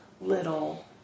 little